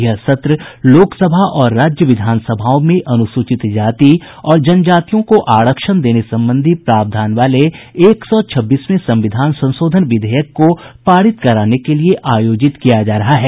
यह सत्र लोकसभा और राज्य विधान सभाओं में अनुसूचित जाति और जनजातियों को आरक्षण देने संबंधी प्रावधान वाले एक सौ छब्बीसवें संविधान संशोधन विधेयक को पारित कराने के लिए आयोजित किया जा रहा है